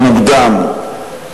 המוקדם,